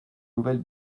nouvelle